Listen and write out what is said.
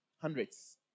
Hundreds